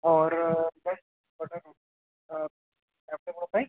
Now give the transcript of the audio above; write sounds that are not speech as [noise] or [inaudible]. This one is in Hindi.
और बस [unintelligible]